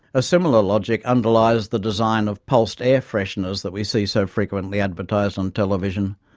a similar logic underlies the design of pulsed air fresheners that we see so frequently advertised on television.